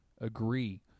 agree